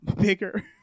bigger